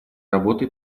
работой